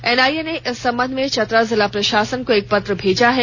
NIA ने इस संबंध में चतरा जिला प्रशासन को एक पत्र भेजा है